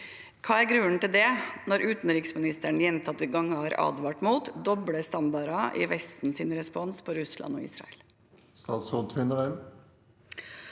Hva er grunnen til det, når utenriksministeren gjentatte ganger har advart mot doble standarder i Vestens respons på Russland og Israel? Statsråd Anne